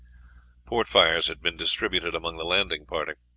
port fires had been distributed among the landing party.